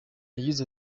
yagize